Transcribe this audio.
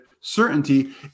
certainty